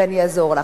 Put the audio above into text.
ואני אעזור לך.